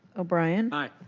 o'brien. aye.